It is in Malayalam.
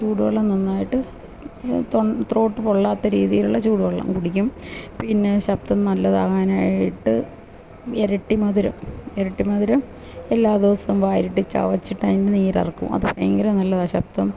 ചൂടു വെള്ളം നന്നായിട്ട് തൊ ത്രോട്ട് പൊള്ളാത്ത രീതിയിലുള്ള ചൂട് വെള്ളം കുടിക്കും പിന്നെ ശബ്ദം നല്ലതാകാനായിട്ട് ഇരട്ടി മധുരം ഇരട്ടി മധുരം എല്ലാദിവസവും വായിലിട്ട് ചവച്ചിട്ട് അതിന്റെ നീരിറക്കും അതു ഭയങ്കര നല്ലത ശബ്ദം